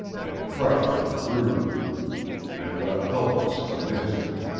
and crushed and bruised and left helpless in an instant.